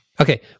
Okay